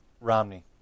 Romney